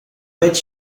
bet